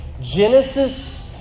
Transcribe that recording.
Genesis